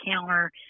counter